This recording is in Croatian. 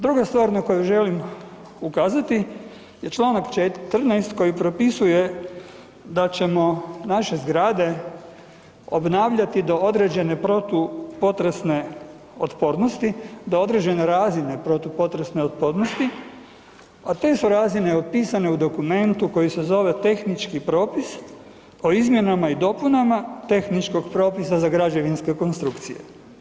Druga stvar na koju želim ukazati je čl. 14. koji propisuje da ćemo naše zgrade obnavljati do određene protupotresne otpornosti, do određene razine protupotresne otpornosti, a te su razine opisane u dokumentu koji se zove „Tehnički propis o izmjenama i dopunama tehničkog propisa za građevinske konstrukcije“